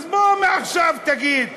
אז בוא, מעכשיו תגיד תלייה.